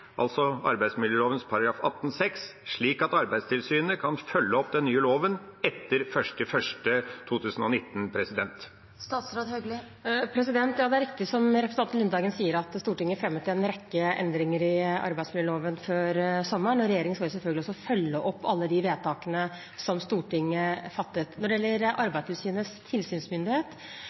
altså arbeidsmiljøloven § 18-6, slik at Arbeidstilsynet kan følge opp den nye loven etter 1. januar 2019? Ja, det er riktig som representanten Lundteigen sier, at Stortinget fremmet en rekke endringer i arbeidsmiljøloven før sommeren, og regjeringen skal selvfølgelig følge opp alle de vedtakene som Stortinget fattet. Når det gjelder Arbeidstilsynets tilsynsmyndighet,